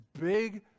big